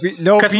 no